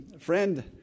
friend